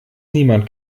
niemand